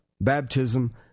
baptism